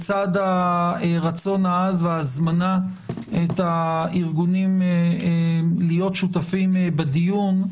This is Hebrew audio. לצד הרצון העז וההזמנה של הארגונים להיות שותפים בדיון,